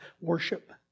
worship